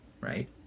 Right